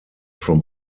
from